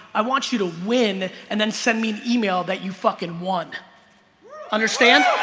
i want you to win and then send me an email that you fucking won understand